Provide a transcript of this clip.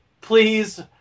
please